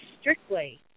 strictly